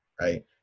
right